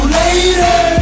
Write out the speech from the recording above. later